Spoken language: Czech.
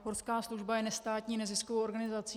Horská služba je nestátní neziskovou organizací.